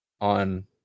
on